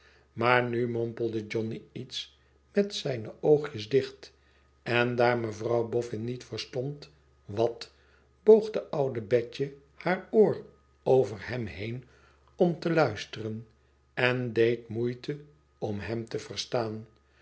maar nu mompjslde johnny iets met zijne oogjes dicht en daar me vrouw boffin niet verstond wat boog de oude betje haar oor over hem heen om te luisteren en deed moeite om hem te verstaan